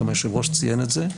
גם היושב-ראש ציין את זה.